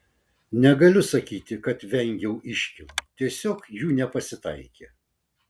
negaliu sakyti kad vengiau iškylų tiesiog jų nepasitaikė